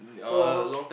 for how